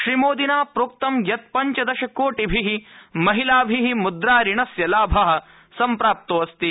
श्रीमोदिना प्रोक्तं यत पञ्चदश कोटिभि महिलाभि मुद्राऋणस्य लाभ सम्प्राप्तोऽस्ति